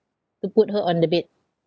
to put her on the bed